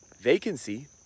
vacancy